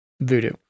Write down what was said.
voodoo